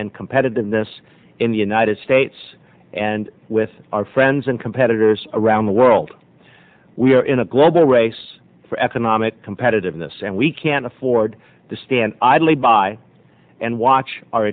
and competitiveness in the united states and with our friends and competitors around the world we are in a global race for economic competitiveness and we can't afford to stand idly by and watch our